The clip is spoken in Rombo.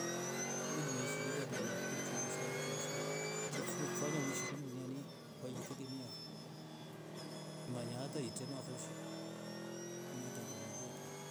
We liimeishi handu hoose bila himaya chenye kufaanya uishi uku duniani cha kutegemea fo umanye hata itema fo shii.